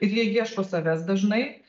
ir jie ieško savęs dažnai